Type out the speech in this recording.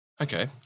Okay